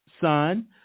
son